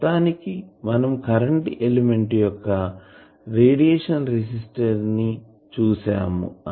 మొత్తానికి మనం current element యొక్క రేడియేషన్ రెసిస్టెన్స్ చూసాము